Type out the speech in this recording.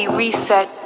reset